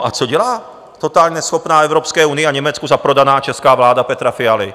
A co dělá totálně neschopná, Evropské unii a Německu zaprodaná česká vláda Petra Fialy?